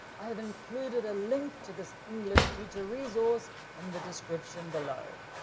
i have included a link to this english teacher resource in the description below.